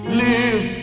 live